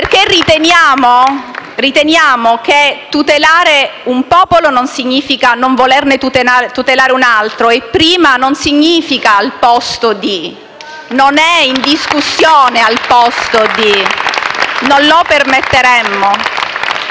Riteniamo che tutelare un popolo non significhi non volerne tutelare un altro e che «prima» non significhi «al posto di»: non è in discussione «al posto di», non lo permetteremmo.